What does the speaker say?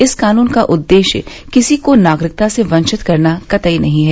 इस कानून का उद्देश्य किसी को नागरिकता से वंचित करना कृतई नहीं है